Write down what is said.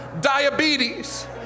Diabetes